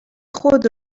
خود